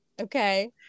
Okay